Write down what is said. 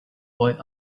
boy